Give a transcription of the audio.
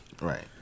Right